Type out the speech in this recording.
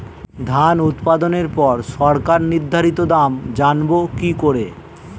ধান উৎপাদনে পর সরকার নির্ধারিত দাম জানবো কি করে?